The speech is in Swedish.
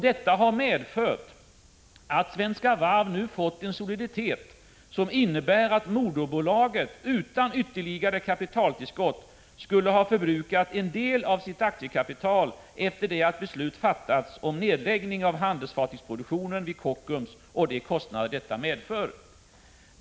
Detta har medfört att Svenska Varv nu fått en soliditet, som innebär att moderbolaget utan ytterligare kapitaltillskott skulle ha förbrukat en del av sitt aktiekapital efter det att beslut fattats om nedläggning av handelsfartygsproduktionen vid Kockums och de kostnader detta medför.